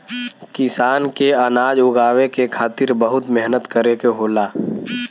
किसान के अनाज उगावे के खातिर बहुत मेहनत करे के होला